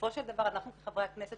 ובסופו של דבר, אנחנו חברי הכנסת